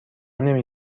نمی